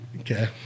Okay